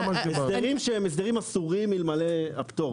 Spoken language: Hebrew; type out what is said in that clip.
הסדרים שהם הסדרים אחרים אלמלא הפטור.